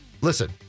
listen